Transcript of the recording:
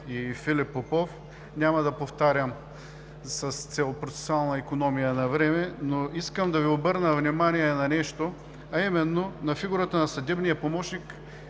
и Филип Попов. Няма да го повтарям с цел процесуална икономия на време, но искам да Ви обърна внимание на нещо, а именно на фигурата на съдебния помощник,